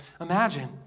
imagine